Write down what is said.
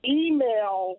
email